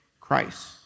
Christ